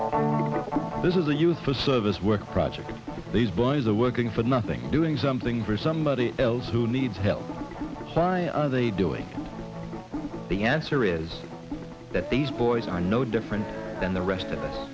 morning this is a useful service work project these boys are working for nothing doing something for somebody else who needs help doing the answer is that these boys are no different than the rest of us